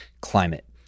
climate